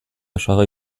osagai